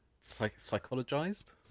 psychologized